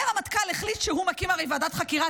הרמטכ"ל החליט שהוא מקים הרי ועדת חקירה,